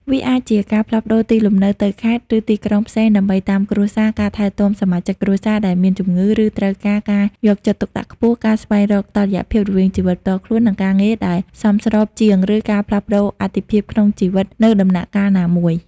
វាអាចជា ការផ្លាស់ប្តូរទីលំនៅទៅខេត្ត ឬទីក្រុងផ្សេងដើម្បីតាមគ្រួសារ ការថែទាំសមាជិកគ្រួសារដែលមានជំងឺ ឬត្រូវការការយកចិត្តទុកដាក់ខ្ពស់ ការស្វែងរកតុល្យភាពរវាងជីវិតផ្ទាល់ខ្លួន និងការងារដែលសមស្របជាង ឬការផ្លាស់ប្តូរអាទិភាពក្នុងជីវិតនៅដំណាក់កាលណាមួយ ។